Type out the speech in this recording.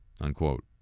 unquote